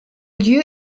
lieu